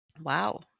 Wow